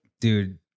dude